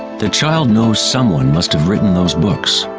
the child knows someone must have written those books.